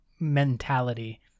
mentality